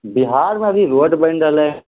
बिहारमे अभी रोड बनि रहलै